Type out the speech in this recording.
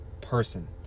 person